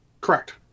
Correct